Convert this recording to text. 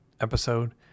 episode